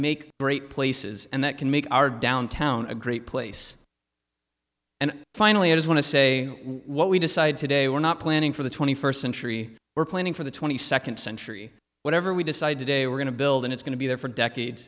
make great places and that can make our downtown a great place and finally i just want to say what we decided today we're not planning for the twenty first century we're planning for the twenty second century whatever we decide today we're going to build and it's going to be there for decades